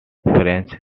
french